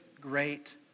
great